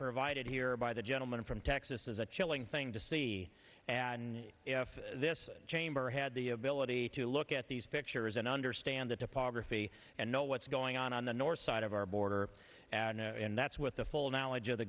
provided here by the gentleman from texas is a chilling thing to see and if this chamber had the ability to look at these pictures and understand that to poverty and know what's going on on the north side of our border and that's with the full knowledge of the